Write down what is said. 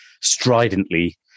Stridently